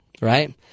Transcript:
right